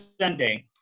Sunday